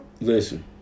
Listen